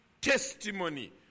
testimony